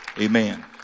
Amen